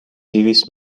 دویست